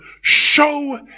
show